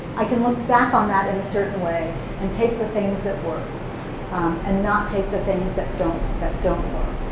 i can look back on that in a certain way and take the things that work and not take the things that don't that don't work.